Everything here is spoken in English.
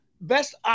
best